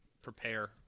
prepare